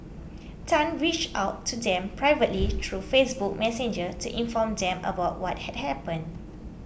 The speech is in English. Tan reached out to them privately through Facebook Messenger to inform them about what had happened